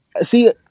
see